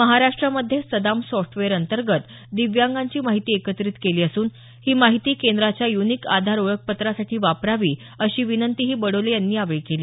महाराष्ट्रामध्ये सदाम सॉफ्टवेअर अंतर्गत दिव्यांगांची माहिती एकत्रित केली असून ही माहिती केंद्राच्या युनिक आधार ओळखपत्रासाठी वापरावी अशी विनंतीही बडोले यांनी यावेळी केली